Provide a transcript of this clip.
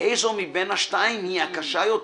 איזו מבין השתיים / היא הקשה יותר.